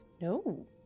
No